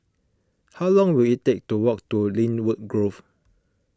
how long will it take to walk to Lynwood Grove